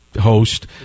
host